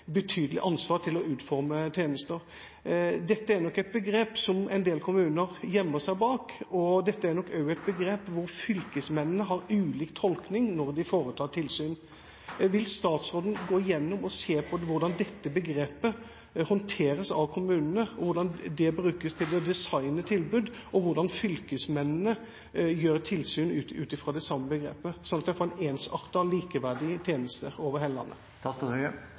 ansvar for å utforme tjenester. Dette er nok et begrep som en del kommuner gjemmer seg bak, og også et begrep som fylkesmennene har ulik tolkning av når de foretar tilsyn. Vil statsråden gå gjennom og se på hvordan dette begrepet håndteres av kommunene, og hvordan det brukes til å designe tilbud, og hvordan fylkesmennene foretar tilsyn ut fra det samme begrepet, slik at en får en ensartet og likeverdig tjeneste over hele landet?